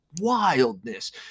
wildness